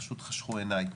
פשוט חשכו עיניי.